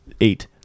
Eight